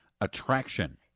Attraction